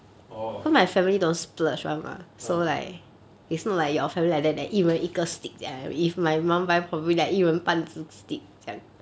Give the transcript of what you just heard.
orh ah